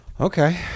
Okay